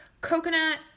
coconut